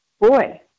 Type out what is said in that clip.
boy